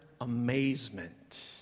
amazement